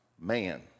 man